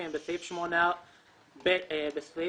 בסעיף 8ב(1)